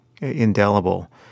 indelible